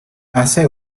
hace